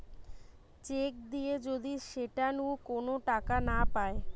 check দিয়ে যদি সেটা নু কোন টাকা না পায়